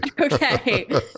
Okay